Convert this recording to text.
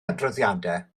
adroddiadau